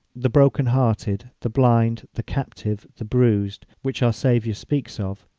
the broken-hearted, the blind, the captive, the bruised, which our saviour speaks of,